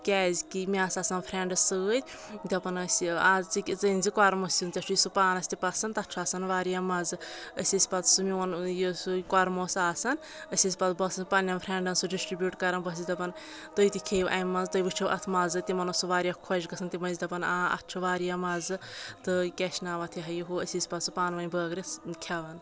کیازِ کہِ مےٚ آسہٕ آسان فرینڈٕس سۭتۍ دَپان ٲسۍ یہِ آز ژٕ انٛزِ قۄرمہٕ سِیُن ژےٚ چھُی سُہ پانس تہِ پسنٛد تتھ چھُ آسان واریاہ مَزٕ أسۍ ٲسۍ پتہٕ سُہ میون یہِ سُہ قۄرمہٕ اوس آسان أسۍ ٲسۍ پتہٕ بہٕ ٲسٕس پننؠن فرینٛڈن سُہ ڈسٹربوٗٹ کران بہٕ ٲسٕس دپان تُہۍ تہِ کھیٚیِو اَمہِ منٛز تُہۍ وٕچھو اتھ مَزٕ تِمن اوس سُہ واریاہ خۄش گژھان تِم ٲسۍ دپان آ اتھ چھُ واریاہ مَزٕ تہٕ کیاہ چھِ ناو اَتھ یِہے یِہو أسۍ ٲسۍ پَتہٕ سُہ پانہٕ ؤنۍ بٲگرس کھؠوان